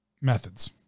methods